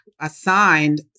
assigned